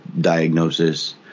diagnosis